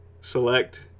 select